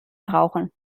brauchen